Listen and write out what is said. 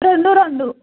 రెండు రెండు